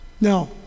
Now